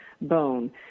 bone